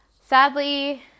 sadly